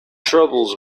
troubles